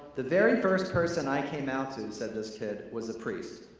the very first person i came out to, said this kid, was a priest.